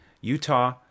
Utah